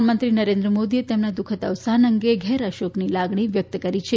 પ્રધાનમંત્રી નરેન્દ્ર મોદીએ તેમના દુઃખદ અવસાન અંગે ઘેરા શોકની લાગણી વ્યકત કરી છે